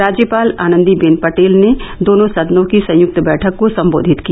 राज्यपाल आनंदी बेन पटेल ने दोनों सदनों की संयक्त बैठक को संबोधित किया